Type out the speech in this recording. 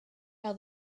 how